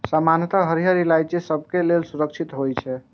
सामान्यतः हरियर इलायची सबहक लेल सुरक्षित होइ छै